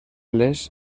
les